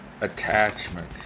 Attachment